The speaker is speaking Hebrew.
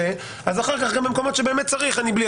אז אחר כך גם במקומות שצריך אני בלי.